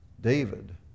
David